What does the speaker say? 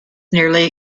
nearly